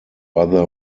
other